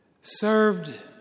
served